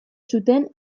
zuten